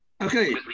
Okay